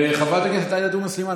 חברת הכנסת עאידה תומא סלימאן,